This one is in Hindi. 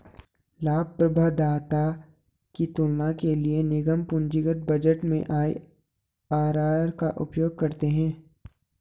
लाभप्रदाता की तुलना के लिए निगम पूंजीगत बजट में आई.आर.आर का उपयोग करते हैं